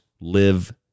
live